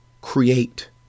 Create